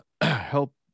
help